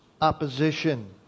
opposition